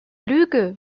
lüge